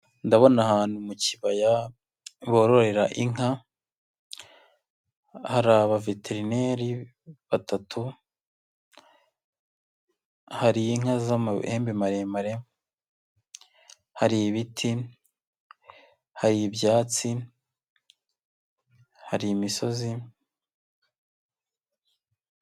Ndabona ahantu mu kibaya bororera inka, hari aba veterineri batatu, hari inka z'amahembe maremare, hari ibiti, haribyatsi, hari imisozi...